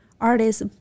artists